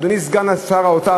אדוני סגן שר האוצר,